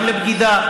גם לבגידה,